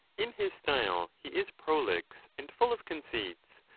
in his style he is prolix, and full of conceits,